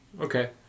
okay